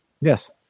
Yes